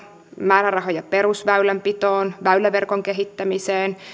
määrärahoja perusväylänpitoon väyläverkon kehittämiseen